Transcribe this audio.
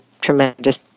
Tremendous